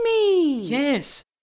Yes